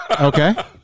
Okay